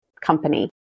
company